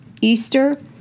Easter